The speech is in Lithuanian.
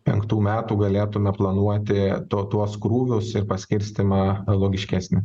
penktų metų galėtume planuoti to tuos krūvius ir paskirstymą logiškesnį